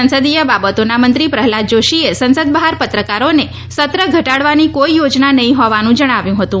સંસદીય બાબતોના મંત્રી પ્રહલાદ જોશીએ સંસદ બહાર પત્રકારોને સત્ર ઘટાડવાની કોઈ યોજના નહીં હોવાનું જણાવ્યું હતું